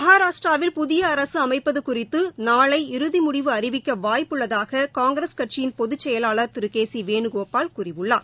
மகாராஷ்டிராவில் புதிய அரசு அமைப்பது குறித்து நாளை இறுதி முடிவு அறிவிக்க வாய்ப்பு உள்ளதாக காங்கிரஸ் கட்சியின் பொதுச்செயலாளா திரு கே சி வேனுகோபால் கூறியுள்ளார்